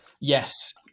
Yes